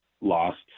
lost